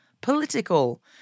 political